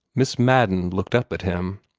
miss madden looked up at him.